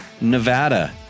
Nevada